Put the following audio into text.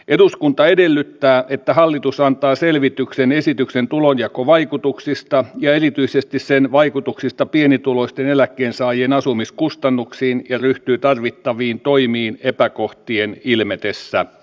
eduskunta edellyttää että hallitus antaa selvityksen esityksen tulonjakovaikutuksista ja erityisesti sen vaikutuksista pienituloisten eläkkeensaajien asumiskustannuksiin ja ryhtyy tarvittaviin toimiin epäkohtien ilmetessä